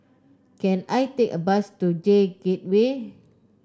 can I take a bus to J Gateway